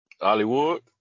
Hollywood